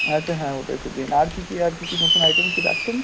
আচ্ছা হ্যাঁ ওটা একটু দিন আর কী কী আর কী কী নতুন আইটেম কী রাখেন